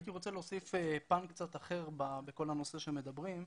הייתי רוצה להוסיף פן קצת אחר בכל הנושא שמדברים.